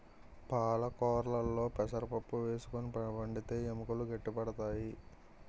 పాలకొరాకుల్లో పెసరపప్పు వేసుకుని వండితే ఎముకలు గట్టి పడతాయి